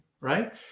right